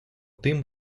тим